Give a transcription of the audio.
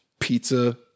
Pizza